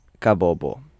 kabobo